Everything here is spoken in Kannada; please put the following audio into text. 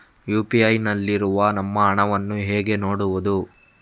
ಯು.ಪಿ.ಐ ನಲ್ಲಿ ಇರುವ ನಮ್ಮ ಹಣವನ್ನು ಹೇಗೆ ನೋಡುವುದು?